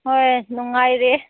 ꯍꯣꯏ ꯅꯨꯡꯉꯥꯏꯔꯤ